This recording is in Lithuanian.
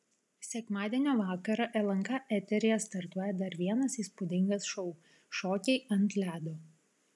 sekmadienio vakarą lnk eteryje startuoja dar vienas įspūdingas šou šokiai ant ledo